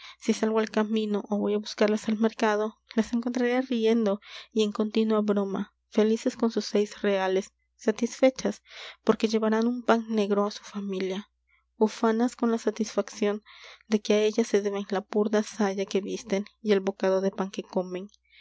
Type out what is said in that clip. si salgo al camino ó voy á buscarlas al mercado las encontraré riendo y en continua broma felices con sus seis reales satisfechas porque llevarán un pan negro á su familia ufanas con la satisfacción de que á ellas se deben la burda saya que visten y el bocado de pan que comen